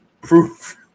Proof